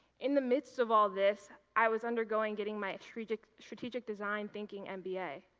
in the midst of all this, i was undergoing getting my strategic strategic design thinking and mba.